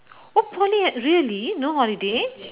hopefully ah really no holiday